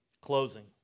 Closing